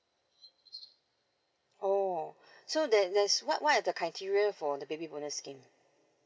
oh so that that's what what the criteria for the baby bonus scheme